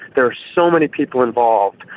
there are so many people involved,